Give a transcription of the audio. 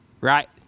right